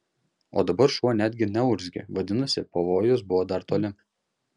o dabar šuo netgi neurzgė vadinasi pavojus buvo dar toli